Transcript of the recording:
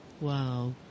Wow